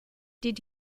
did